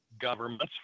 governments